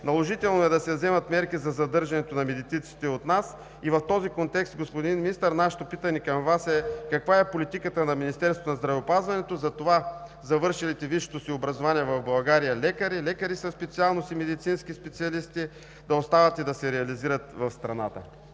Наложително е да се вземат мерки за задържането на медиците у нас и в този контекст, господин Министър, нашето питане към Вас е: каква е политиката на Министерството на здравеопазването за това завършилите висшето си образование в България лекари, лекари със специалност и медицински специалисти да остават и да се реализират в страната?